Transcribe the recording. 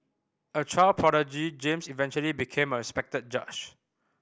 a child prodigy James eventually became a respected judge